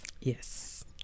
yes